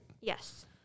Yes